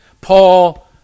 Paul